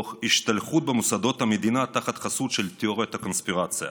תוך השתלחות במוסדות המדינה תחת חסות של תיאוריות קונספירציה.